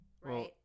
right